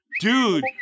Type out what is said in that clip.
dude